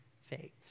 faith